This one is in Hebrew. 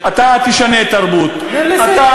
אז אולי נשנה תרבות, כי המדינה קטנה?